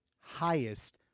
highest